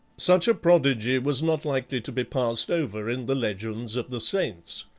such a prodigy was not likely to be passed over in the legends of the saints.